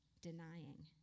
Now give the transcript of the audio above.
denying